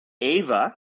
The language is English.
AVA